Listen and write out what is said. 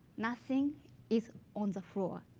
nothing is on the floor.